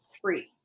three